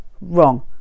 Wrong